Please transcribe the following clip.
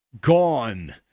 Gone